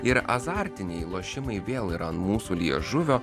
ir azartiniai lošimai vėl yra ant mūsų liežuvio